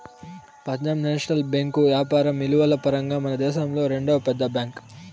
Punjab National Bank యాపారం ఇలువల పరంగా మనదేశంలో రెండవ పెద్ద బ్యాంక్